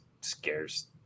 scares